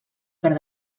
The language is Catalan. per